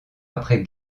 après